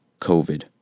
COVID